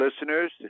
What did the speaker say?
listeners